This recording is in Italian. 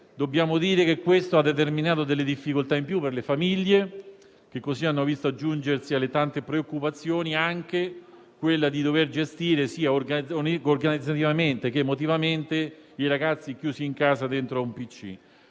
Dobbiamo dire che ciò ha determinato delle difficoltà in più per le famiglie, che così hanno visto aggiungersi alle tante preoccupazioni anche quella di dover gestire sia organizzativamente che emotivamente i ragazzi chiusi in casa dietro a un